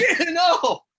No